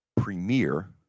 premier